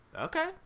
Okay